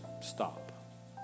stop